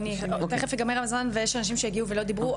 תיכף ייגמר הזמן ויש אנשים שהגיעו ולא דיברו,